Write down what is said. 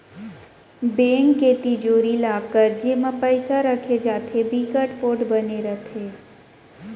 bank के तिजोरी, locker जेमा पइसा राखे जाथे बिकट पोठ बने होथे